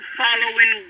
following